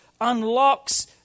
unlocks